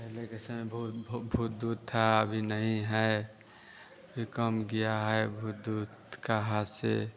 पहले के समय बहुत भ भूत ऊत था अभी नहीं है ई कम गया है भूत ऊत कहा से